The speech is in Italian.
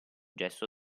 gesto